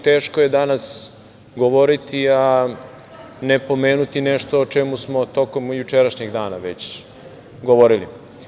Teško je danas govoriti, a ne pomenuti nešto o čemu smo tokom jučerašnjeg dana već govorili.